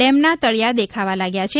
ડેમના તળિયા દેખાવા લાગ્યા છે